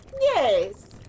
Yes